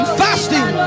fasting